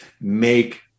make